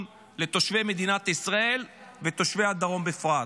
לתושבי מדינת ישראל ולתושבי הדרום בפרט.